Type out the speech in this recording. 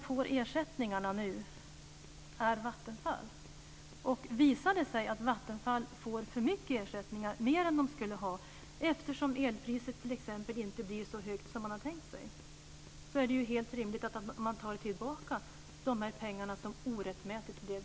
Fru talman!